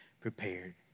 prepared